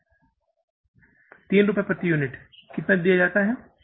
3 रुपये प्रति यूनिट कितना दिया जाता है